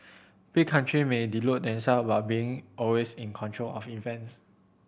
big country may delude themselves about being always in control of events